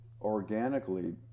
organically